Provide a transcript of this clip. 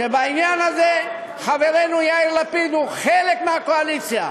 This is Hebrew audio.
שבעניין הזה חברנו יאיר לפיד הוא חלק מהקואליציה.